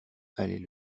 allait